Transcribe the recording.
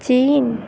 ଚୀନ୍